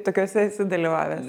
tokiose esi dalyvavęs